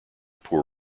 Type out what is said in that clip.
poor